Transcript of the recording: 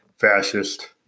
fascist